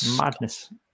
Madness